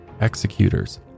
executors